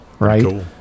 Right